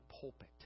pulpit